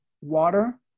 water